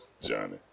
Johnny